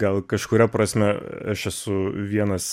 gal kažkuria prasme aš esu vienas